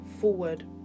forward